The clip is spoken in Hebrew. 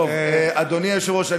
אדוני היושב-ראש,